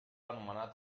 anomenar